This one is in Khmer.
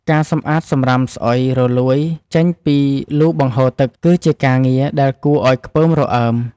ការសម្អាតសម្រាមស្អុយរលួយចេញពីលូបង្ហូរទឹក គឺជាការងារដែលគួរឱ្យខ្ពើមរអើម។